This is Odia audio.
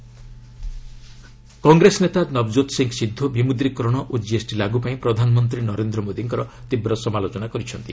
କଂଗ୍ରେସ ପିଏମ୍ କଂଗ୍ରେସ ନେତା ନବଜୋତ ସିଂହ ସିଦ୍ଧୁ ବିମୁଦ୍ରିକରଣ ଓ ଜିଏସ୍ଟି ଲାଗୁ ପାଇଁ ପ୍ରଧାନମନ୍ତ୍ରୀ ନରେନ୍ଦ୍ର ମୋଦିଙ୍କର ତୀବ୍ର ସମାଲୋଚନା କରିଛନ୍ତି